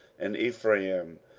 and ephraim,